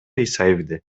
исаевди